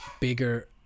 bigger